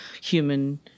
human